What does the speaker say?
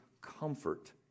comfort